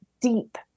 deep